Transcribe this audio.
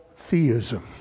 theism